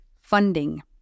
Funding